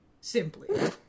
Simply